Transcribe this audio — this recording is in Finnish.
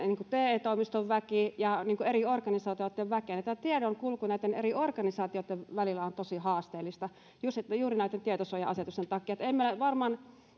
te toimiston väki ja eri organisaatioitten väkeä niin tämä tiedonkulku näitten eri organisaatioitten välillä on tosi haasteellista juuri näiden tietosuoja asetusten takia ei meillä varmaan